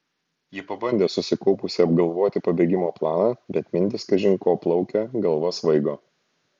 ji pabandė susikaupusi apgalvoti pabėgimo planą bet mintys kažin ko plaukė galva svaigo